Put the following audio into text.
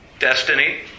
destiny